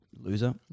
Loser